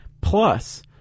plus